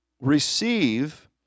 receive